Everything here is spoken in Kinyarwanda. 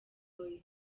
boys